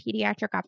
pediatric